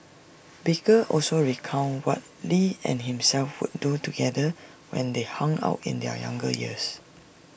baker also recounted what lee and himself would do together when they hung out in their younger years